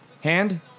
Hand